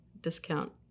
discount